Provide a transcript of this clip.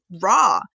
raw